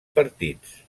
partits